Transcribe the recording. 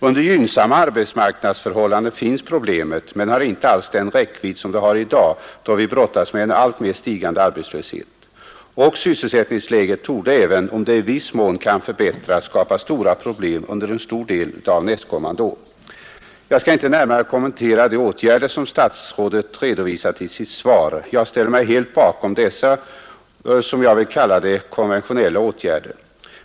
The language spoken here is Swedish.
Under gynnsamma arbetsmarknadsförhållanden finns problemet, men det har då inte alls den räckvidd som det har i dag, när vi brottas med en alltmer stigande arbetslöshet. Och sysselsättningsläget torde, även om det i viss mån kan förbättras, skapa stora problem under en stor del av nästkommande är. Jag skall inte närmare kommentera de åtgärder som statsrådet redovisat i sitt svar. Jag ställer mig helt bakom dessa, som jag vill kalla det, konventionella åtgärder.